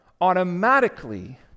automatically